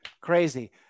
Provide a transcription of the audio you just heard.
crazy